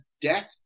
death